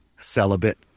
celibate